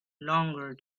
longer